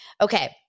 Okay